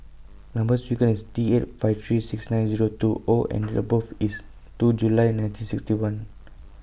Number sequence IS T eight five three six nine Zero two O and Date of birth IS two July nineteen sixty one